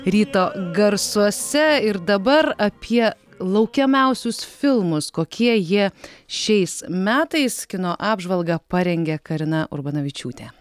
ryto garsuose ir dabar apie laukiamiausius filmus kokie jie šiais metais kino apžvalgą parengė karina urbanavičiūtė